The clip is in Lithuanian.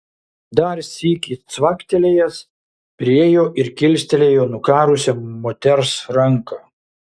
dar sykį cvaktelėjęs priėjo ir kilstelėjo nukarusią moters ranką